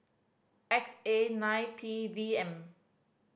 X A nine P V M